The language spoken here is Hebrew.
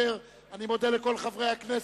אני מודה לכל חברי הכנסת,